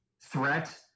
threat